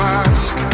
ask